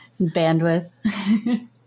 Bandwidth